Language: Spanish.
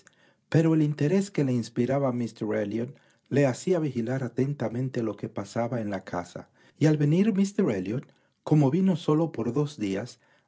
pero el interés que le inspiraba míster elliot le hacía vigilar atentamente lo que pasaba en la casa y al venir míster elliot como vino sólo por dos días